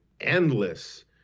endless